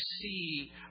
see